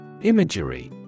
Imagery